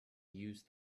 use